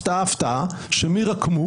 הפתעה-הפתעה שמי רקמו?